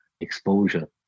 exposure